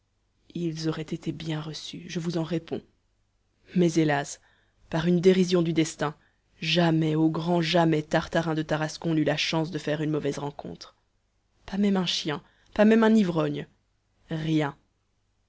ils auraient été bien reçus je vous en réponds mais hélas par une dérision du destin jamais au grand jamais tartarin de tarascon n'eut la chance de faire une mauvaise rencontre pas même un chien pas même un ivrogne rien